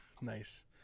nice